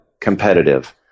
competitive